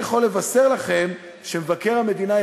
לא יכול להיות שחוק ביטוח הבריאות,